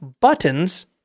buttons